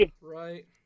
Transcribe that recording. Right